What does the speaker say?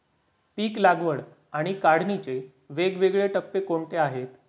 पीक लागवड आणि काढणीचे वेगवेगळे टप्पे कोणते आहेत?